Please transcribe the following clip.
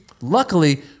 Luckily